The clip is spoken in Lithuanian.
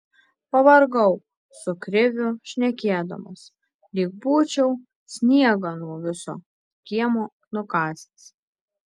pavargau su kriviu šnekėdamas lyg būčiau sniegą nuo viso kiemo nukasęs